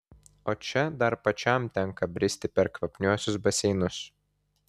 o čia dar pačiam tenka bristi per kvapniuosius baseinus